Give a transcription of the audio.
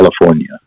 California